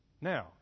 Now